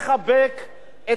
את החלשים שבה,